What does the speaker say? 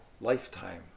lifetime